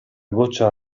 goccia